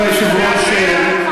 כבוד היושב-ראש.